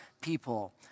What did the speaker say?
people